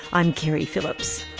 i'm keri phillips.